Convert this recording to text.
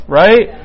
right